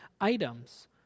items